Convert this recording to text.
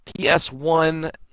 PS1